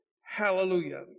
Hallelujah